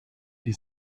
die